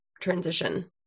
transition